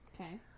Okay